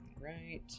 Right